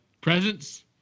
Presents